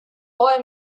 boy